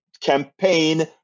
campaign